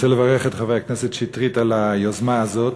אני רוצה לברך את חבר הכנסת שטרית על היוזמה הזאת,